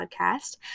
podcast